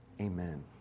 Amen